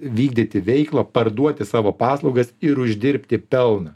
vykdyti veiklą parduoti savo paslaugas ir uždirbti pelną